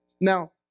Now